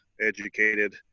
educated